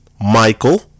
Michael